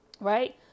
Right